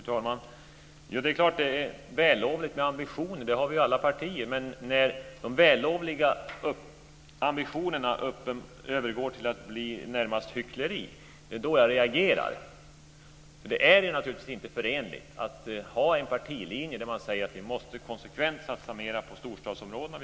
Fru talman! Det är klart att det är vällovligt med ambitioner. Det har vi i alla partier. Men det är när de vällovliga ambitionerna övergår till att närmast bli hyckleri som jag reagerar. De är inte förenliga med att ha en partilinje som säger att vi konsekvent måste satsa mer pengar på storstadsområdena.